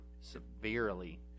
Severely